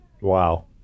Wow